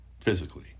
physically